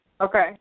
Okay